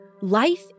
life